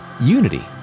Unity